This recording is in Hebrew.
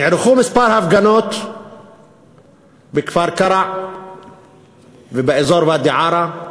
נערכו כמה הפגנות בכפר-קרע ובאזור ואדי-עארה,